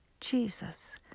Jesus